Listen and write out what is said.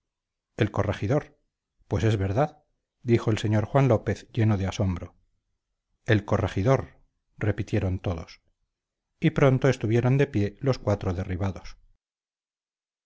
el corregidor pues es verdad dijo el señor juan lópez lleno de asombro el corregidor repitieron todos y pronto estuvieron de pie los cuatro derribados